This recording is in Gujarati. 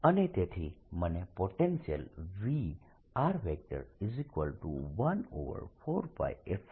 અને તેથી મને પોટેન્શિયલ V14π0